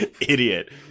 idiot